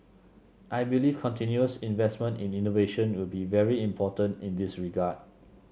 I believe continuous investment in innovation will be very important in this regard